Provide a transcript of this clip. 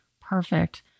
Perfect